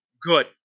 Good